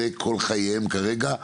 אלה כל חייהם כרגע,